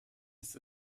ist